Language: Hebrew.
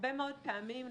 הרבה מאוד פעמים,